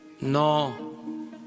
No